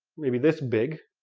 maybe this big.